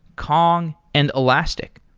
kong and elastic.